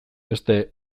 beste